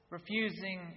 Refusing